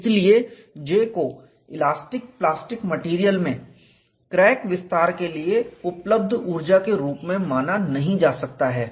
इसलिए J को elastic plastic material में क्रैक विस्तार के लिए उपलब्ध ऊर्जा के रूप में माना नहीं जा सकता है